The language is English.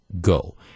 go